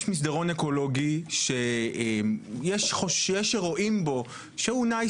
ישנו מסדרון אקולוגי שיש הרואים בו שטוב שהוא קיים,